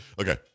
Okay